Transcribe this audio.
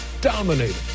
dominated